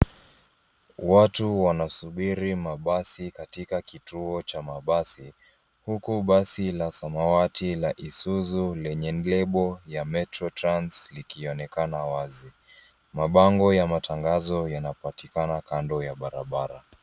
Watu wanasubiri mabasi katika kituo cha mabasi, huku basi la samawati la Isuzu lenye lebo ya metro trans likionekana wazi. Mabango ya matangazo yanapatikana kando ya barabara.